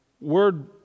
word